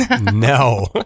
no